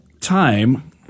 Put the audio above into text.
time